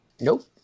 Nope